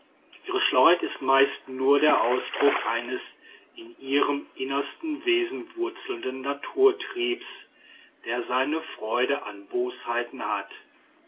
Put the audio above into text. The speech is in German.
ihre schlauheit ist meist nur der ausdruck eines in ihrem innersten wesen wurzelnden naturtriebes der seine freude an bosheiten hat